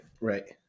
Right